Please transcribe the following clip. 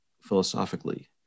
philosophically